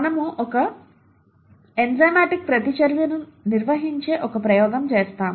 మనము ఒక ఎంజైమాటిక్ ప్రతిచర్యను నిర్వహించే ఒక ప్రయోగం చేస్తాము